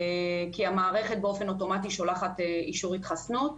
כי המערכת באופן אוטומטי שולחת אישור התחסנות,